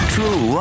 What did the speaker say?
True